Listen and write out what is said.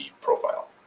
profile